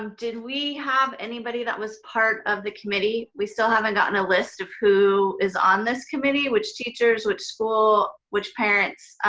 um did we have anybody that was part of the committee, we still haven't gotten a list of who is on this committee, which teachers, which school, which parents.